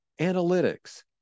analytics